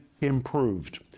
improved